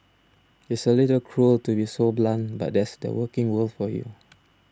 it's a little cruel to be so blunt but that's the working world for you